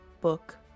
book